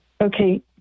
Okay